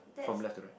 from left to right